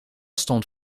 stond